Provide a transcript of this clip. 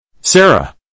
Sarah